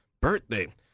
birthday